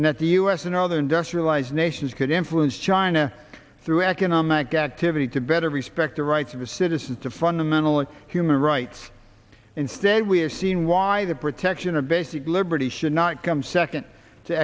and that the u s and other industrialized nations could influence china throughout the nama directivity to better respect the rights of its citizens to fundamental human rights instead we're seeing why the protection of basic liberty should not come second to